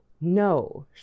No